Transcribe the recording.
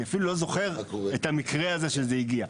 אני אפילו לא זוכר את המקרה הזה שזה הגיע.